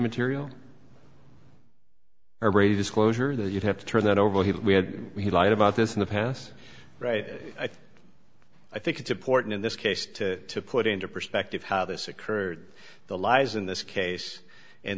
material or a disclosure that you'd have to turn that over we had he lied about this in the past right i think it's important in this case to put into perspective how this occurred the lies in this case